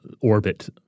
orbit